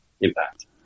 impact